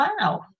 wow